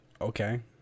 Okay